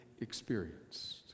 experienced